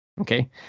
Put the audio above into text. Okay